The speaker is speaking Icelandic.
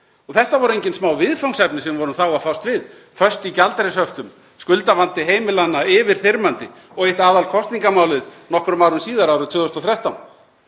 Þetta voru engin smá viðfangsefni sem við vorum þá að fást við, föst í gjaldeyrishöftum, skuldavandi heimilanna yfirþyrmandi og eitt aðalkosningamálið nokkrum árum síðar, árið 2013.